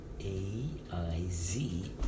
AIZ